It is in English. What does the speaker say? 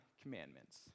commandments